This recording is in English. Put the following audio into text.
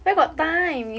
but how they